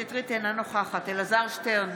נוכחת אלעזר שטרן,